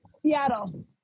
Seattle